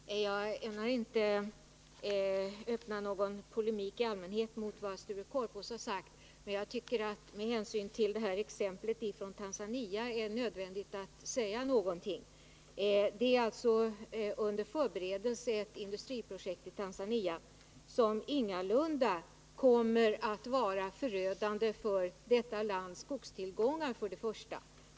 Herr talman! Jag ämnar inte öppna någon polemik i allmänhet mot vad Sture Korpås sagt. Men jag tycker att det med hänsyn till exemplet från Tanzania är nödvändigt att säga någonting. Ett industriprojekt i Tanzania är alltså under förberedelse. Men för det första kommer det ingalunda att vara förödande för landets skogstillgångar.